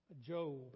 Job